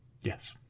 Yes